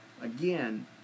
again